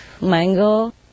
mango